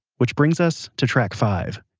which brings us to track five.